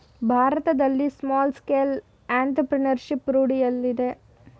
ಭಾರತದಲ್ಲಿ small scale entrepreneurship ರೂಢಿಯಲ್ಲಿದೆ